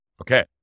Okay